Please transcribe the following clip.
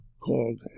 called